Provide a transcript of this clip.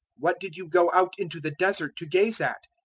what did you go out into the desert to gaze at?